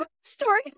story